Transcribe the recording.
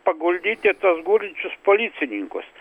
paguldyti tuos gulinčius policininkus